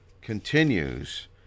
continues